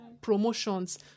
promotions